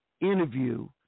interview